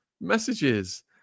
messages